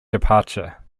departure